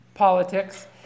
politics